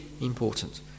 important